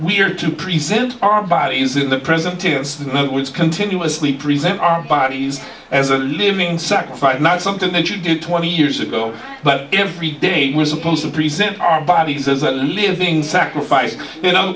we are to present our bodies in the present to us though it was continuously present our bodies as a living sacrifice not something that you did twenty years ago but every day we're supposed to present our bodies as a living sacrifice in other